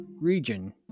Region